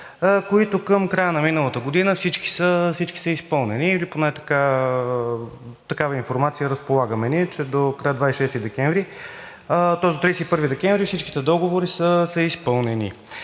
които към края на миналата година всички са изпълнени или поне с такава информация разполагаме ние, че до 31 декември всичките договори са изпълнени.